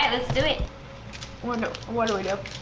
and let's do it wonder, what do we do